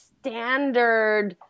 standard